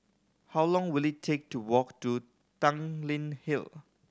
how long will it take to walk to Tanglin Hill